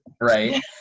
Right